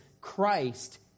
Christ